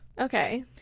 Okay